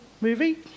movie